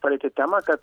palietėt temą kad